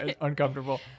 uncomfortable